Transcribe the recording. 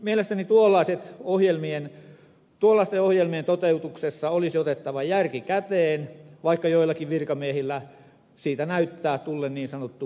mielestäni tuollaisten ohjelmien toteutuksessa olisi otettava järki käteen vaikka joillakin virkamiehillä siitä näyttää tulleen niin sanottu päähänpinttymä